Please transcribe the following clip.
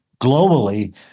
globally